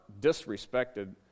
disrespected